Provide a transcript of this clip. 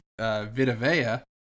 Vitavea